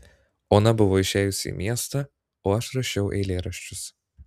ona buvo išėjusi į miestą o aš rašiau eilėraščius